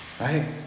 Right